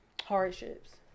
hardships